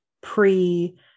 pre